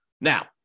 Now